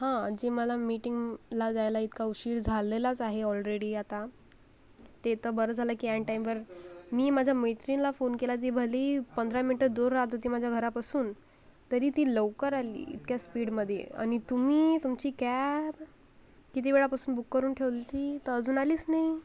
हा जे मला मीटिंगला जायला इतका उशीर झालेलाच आहे ऑलरेडी आता ते तर बरं झालं की ऐन टाइमवर मी माझ्या मैत्रिणीला फोन केला ती भले ही पंधरा मिनिटं दूर राहत होती माझ्या घरापासून तरी ती लवकर आली इतक्या स्पीडमध्ये आणि तुम्ही तुमची कॅब किती वेळापासून बुक करून ठेवली होती तर अजून आलीच नाही